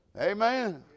Amen